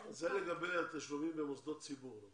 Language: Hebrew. זה לגבי התשלומים במוסדות ציבור.